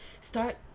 start